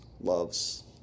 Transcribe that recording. loves